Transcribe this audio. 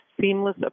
seamless